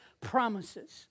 promises